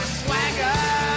swagger